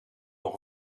nog